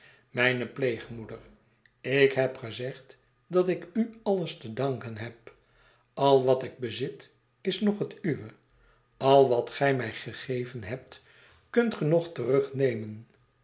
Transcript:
mijne pleegmoeder ik heb gezegd dat ik u alles te danken heb al wat ik bezit is nog het uwe al wat gij mij gegeven hebt kunt ge nog